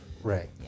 Right